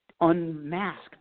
unmask